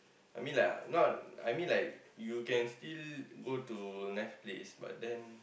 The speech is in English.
I mean like not I mean like you can still go to nice place but then